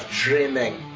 dreaming